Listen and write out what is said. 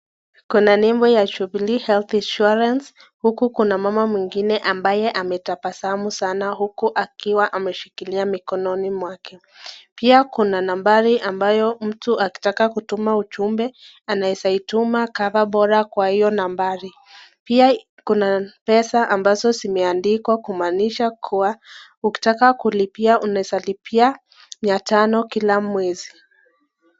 Kuna nembo ya Jubilee Health Insurance huku kuna mama mwingine ambaye ametabasamu sana huku akiwa ameshikilia mikononi mwake. Pia kuna nambari ambayo mtu akitaka kutuma ujumbe anaweza ituma coverbora kwa hiyo nambari. Pia kuna pesa ambazo zimeandikwa kumaanisha kuwa ukitaka kulipia unaweza lipia mia tano kila mwezi.